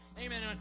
Amen